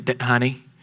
honey